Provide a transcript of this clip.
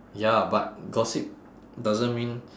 ya but gossip doesn't mean